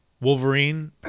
Wolverine